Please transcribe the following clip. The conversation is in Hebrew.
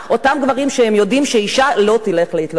אותם גברים שיודעים שהאשה לא תלך להתלונן.